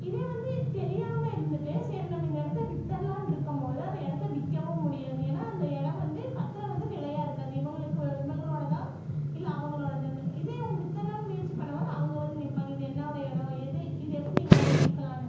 இதே வந்து தெரியாமல் இருந்துட்டு சரி நம்ம இந்த இடத்த விற்றர்லான்ட்ருக்கம்மோது அந்த இடத்த விற்கவும் முடியாது ஏன்னா அந்த இடம் வந்து பத்திரம் வந்து நிலையா இருக்காது இவங்களுக்கு இவங்களோட தான் இல்லை அவங்களோடதான்னு இதே அவங்க விற்றர்லான்னு முயற்சி பண்ண போது அவங்க வந்து நிற்பாங்க இது என்னோட இடோம் எது இது எப்படி நீங்கள் அவங்களுக்கு விற்கலான்னு